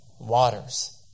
waters